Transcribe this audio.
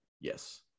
Yes